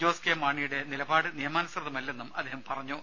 ജോസ് കെ മാണിയുടെ നിലപാട് നിയമാനുസൃതമല്ലെന്നും അദ്ദേഹം പറഞ്ഞു